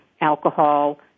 alcohol